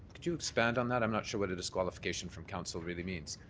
could you expand on that. i'm not sure what a disqualification from council really means.